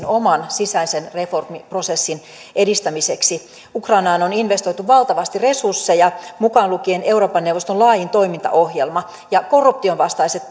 oman sisäisen reformiprosessin edistämiseksi ukrainaan on investoitu valtavasti resursseja mukaan lukien euroopan neuvoston laajin toimintaohjelma ja korruptionvastaiset